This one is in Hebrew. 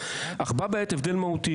אך בה בעת הבדל מהותי,